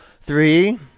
Three